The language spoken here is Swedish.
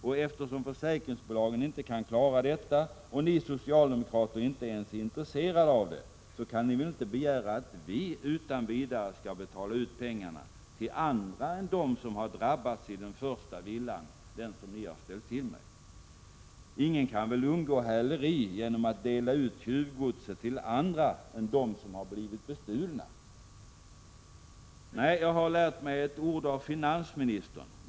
Och eftersom försäkringsbolagen inte kan klara detta och ni socialdemokrater inte ens är intresserade av det, så kan ni väl inte begära att vi utan vidare skall betala ut pengarna till andra än dem som har drabbats i den första villan — den som ni har ställt till med. Ingen kan väl undgå häleri genom att dela ut tjuvgodset till andra än dem som har blivit bestulna. Nej, jag har lärt mig ett ord av finansministern.